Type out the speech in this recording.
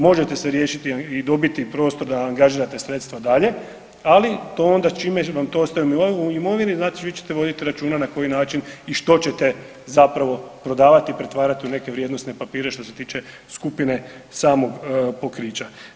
Možete se riješiti i dobiti prostor da angažirate sredstva dalje, ali to onda čim vam ostaje u imovini znači vi ćete voditi računa na koji način i što ćete zapravo prodavati i pretvarati u neke vrijednosne papire što se tiče skupine samog pokrića.